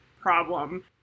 problem